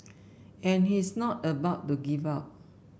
and he's not about to give up